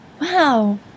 Wow